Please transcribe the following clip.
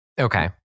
okay